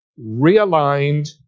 realigned